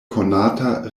konata